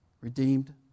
redeemed